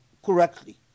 correctly